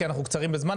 כי אנחנו קצרים בזמן,